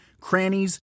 crannies